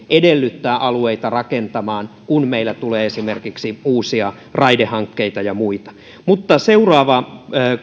edellyttää alueita rakentamaan kun meille tulee esimerkiksi uusia raidehankkeita ja muita mutta seuraava